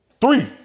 three